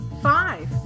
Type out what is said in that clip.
Five